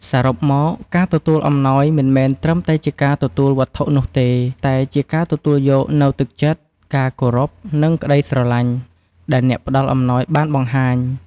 សរុបមក ការទទួលអំណោយមិនមែនត្រឹមតែជាការទទួលវត្ថុនោះទេ តែជាការទទួលយកនូវ ទឹកចិត្ត ការគោរព និងក្តីស្រឡាញ់ ដែលអ្នកផ្តល់អំណោយបានបង្ហាញ។